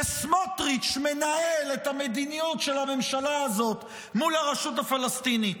כי סמוטריץ' מנהל את המדיניות של הממשלה הזאת מול הרשות הפלסטינית.